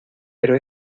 pero